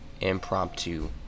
impromptu